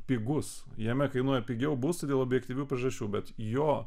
pigus jame kainuoja pigiau butai dėl objektyvių priežasčių bet jo